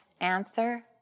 answer